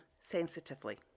sensitively